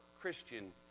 Christian